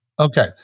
Okay